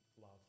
love